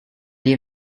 dear